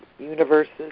universes